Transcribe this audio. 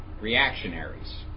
reactionaries